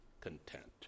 content